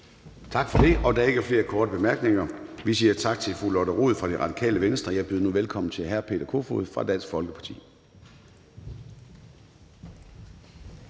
Tak for det. Der er ikke flere korte bemærkninger. Vi siger tak til fru Lotte Rod fra Radikale Venstre. Jeg byder nu velkommen til hr. Peter Kofod fra Dansk Folkeparti.